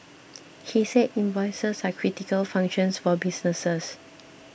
he said invoices are critical functions for businesses